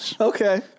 Okay